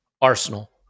Arsenal